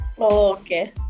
Okay